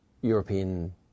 European